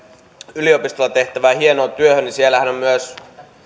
yliopistolla tehtävään hienoon työhön niin siellähän on myös